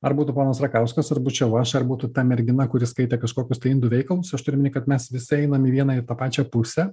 ar būtų ponas rakauskas ar bučiau aš ar būtų ta mergina kuri skaitė kažkokius tai indų veikalus aš turiu omeny kad mes visi einam į vieną ir tą pačią pusę